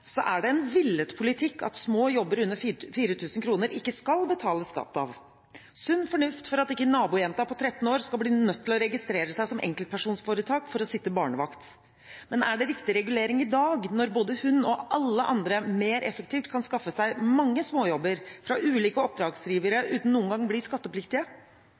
er det en villet politikk at småjobber under 4 000 kr ikke skal betales skatt av – sunn fornuft for at nabojenta på 13 år ikke skal bli nødt til å registrere seg som enkeltpersonforetak for å sitte barnevakt. Men er det riktig regulering i dag – når både hun og alle andre mer effektivt kan skaffe seg mange småjobber fra ulike oppdragsgivere, uten at noen gang å bli skattepliktige?